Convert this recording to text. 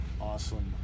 awesome